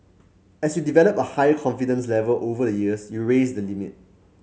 as you develop a higher confidence level over the years you raise the limit